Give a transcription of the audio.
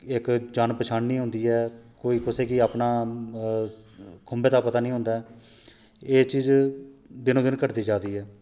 इक जान पन्छान नेईं होंदी ऐ कोई कुसै गी अपना खुंबे दा पता नेईं होंदा ऐ एह् चीज दिनो दिन घटदी जारदी ऐ